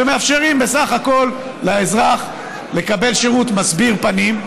ובסך הכול מאפשרים לאזרח לקבל שירות מסביר פנים,